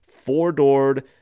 four-doored